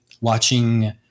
watching